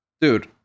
dude